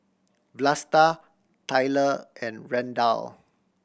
Vlasta Tylor and Randal